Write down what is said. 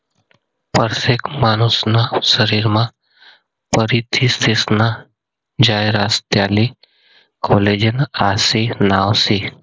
परतेक मानूसना शरीरमा परथिनेस्नं जायं रास त्याले कोलेजन आशे नाव शे